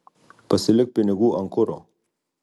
pasilik pinigų ant kuro